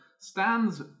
stands